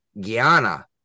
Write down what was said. Guyana